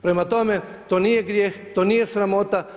Prema tome, to nije grijeh, to nije sramota.